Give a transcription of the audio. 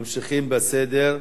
ממשיכים בסדר-היום: